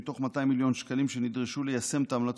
מתוך 200 מיליון שקלים שנדרשו ליישם את ההמלצות,